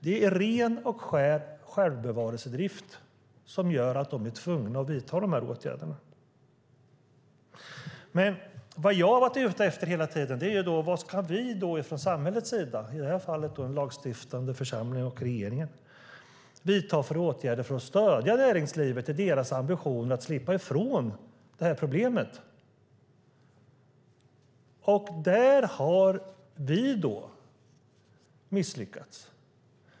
Det är ren och skär självbevarelsedrift som gör att det är tvunget att vidta åtgärder. Vad jag har varit ute efter hela tiden är vad vi från samhällets sida, i det här fallet den lagstiftande församlingen och regeringen, kan vidta för åtgärder för att stödja näringslivet i dess ambition att slippa ifrån problemet. Där har vi misslyckats.